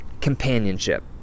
companionship